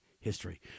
history